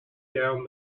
down